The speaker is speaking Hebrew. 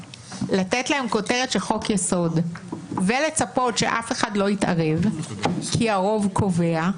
לתת להם כותרת של חוק יסוד ולצפות שאף אחד לא יתערב כי הרוב קובע,